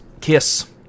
Kiss